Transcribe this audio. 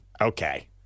Okay